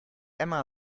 emma